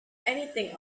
anything